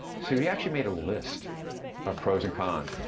so he actually made a list of pros and cons.